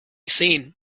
seen